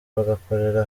bagakorera